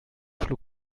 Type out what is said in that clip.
schlug